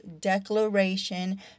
declaration